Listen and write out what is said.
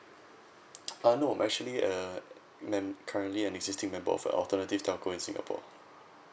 uh no I'm actually uh mem~ currently an existing member of a alternative telco in singapore